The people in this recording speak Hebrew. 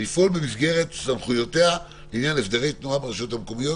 "לפעול במסגרת סמכויותיה לעניין הסדרי תנועה ברשות המקומית",